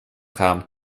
kam